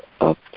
up